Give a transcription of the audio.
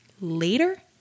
Later